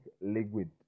liquid